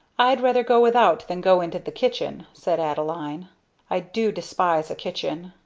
i'd rather go without than go into the kitchen, said adeline i do despise a kitchen.